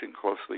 closely